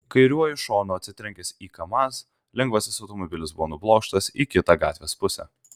kairiuoju šonu atsitrenkęs į kamaz lengvasis automobilis buvo nublokštas į kitą gatvės pusę